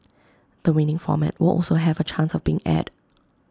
the winning format will also have A chance of being aired